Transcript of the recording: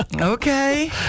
Okay